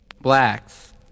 Blacks